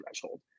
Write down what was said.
threshold